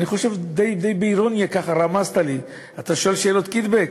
אני חושב די באירוניה ככה רמזת לי: אתה שואל שאלות קיטבג?